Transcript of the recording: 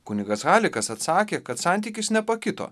kunugas halikas atsakė kad santykis nepakito